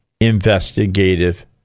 investigative